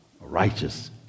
righteous